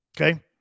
Okay